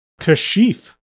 Kashif